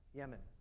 yemen,